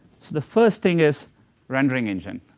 so the first thing is rendering engine.